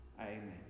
Amen